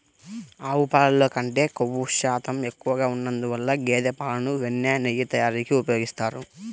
ఆవు పాలల్లో కంటే క్రొవ్వు శాతం ఎక్కువగా ఉన్నందువల్ల గేదె పాలను వెన్న, నెయ్యి తయారీకి ఉపయోగిస్తారు